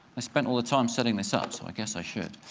i spent all the time setting this up, so i guess i should.